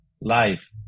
life